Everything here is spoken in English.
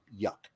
yuck